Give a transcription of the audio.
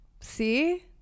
see